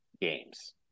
games